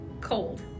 cold